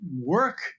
work